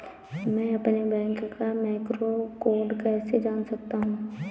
मैं अपने बैंक का मैक्रो कोड कैसे जान सकता हूँ?